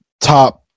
top